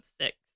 six